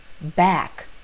back